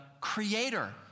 creator